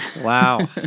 Wow